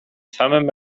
samym